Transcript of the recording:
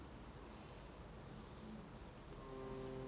mm ஏதும் யோசிக்க முடில:ethum yosika mudila